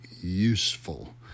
useful